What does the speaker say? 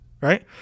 right